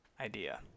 idea